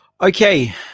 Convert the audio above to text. Okay